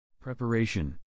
Preparation